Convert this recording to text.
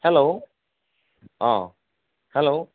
hello অঁ hello